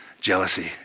Jealousy